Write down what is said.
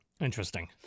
Interesting